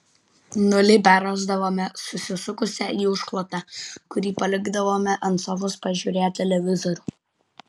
nulipę rasdavome susisukusią į užklotą kurį palikdavome ant sofos pažiūrėję televizorių